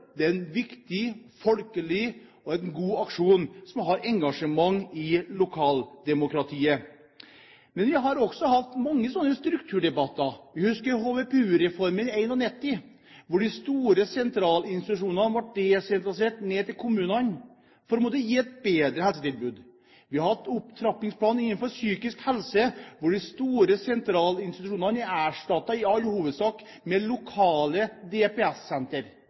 går, var en viktig, folkelig og god aksjon som har engasjement i lokaldemokratiet. Vi har også hatt mange slike strukturdebatter. Vi husker HVPU-reformen i 1991, hvor de store sentralinstitusjonene ble desentralisert ned til kommunene for å kunne gi et bedre helsetilbud. Vi har hatt Opptrappingsplanen for psykisk helse, hvor de store sentralinstitusjonene i all hovedsak er erstattet med lokale